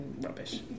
rubbish